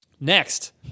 Next